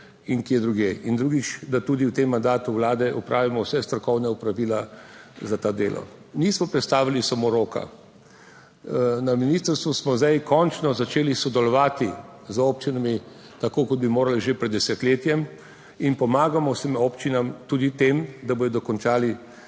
kje drugje in drugič, da tudi v tem mandatu Vlade opravimo vsa strokovna opravila za to delo, nismo prestavili samo roka. Na ministrstvu smo zdaj končno začeli sodelovati z občinami, tako kot bi morali že pred desetletjem, in pomagamo vsem občinam, tudi tem, da bodo dokončale